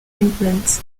implant